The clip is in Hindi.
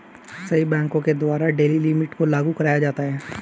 सभी बैंकों के द्वारा डेली लिमिट को लागू कराया जाता है